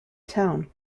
town